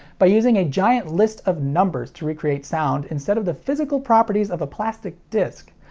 by using a giant list of numbers to recreate sound, instead of the physical properties of a plastic disc,